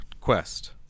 quest